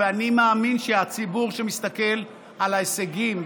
ואני מאמין שהציבור שמסתכל על ההישגים,